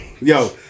yo